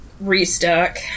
restock